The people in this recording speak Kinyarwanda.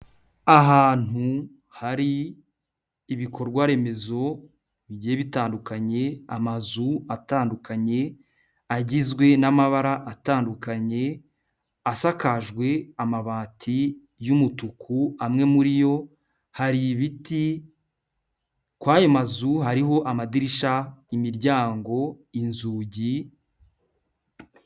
Ahantu hari ibikorwa remezo bigiye bitandukanye, amazu atandukanye, agizwe n'amabara atandukanye, asakajwe amabati y'umutuku, amwe muri yo hari ibiti, kuri ayo mazu hariho amadirishya, imiryango, inzugi.